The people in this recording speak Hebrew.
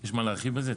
יש מה להרחיב על זה?